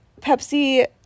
pepsi